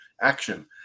action